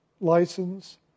license